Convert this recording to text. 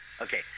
Okay